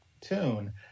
tune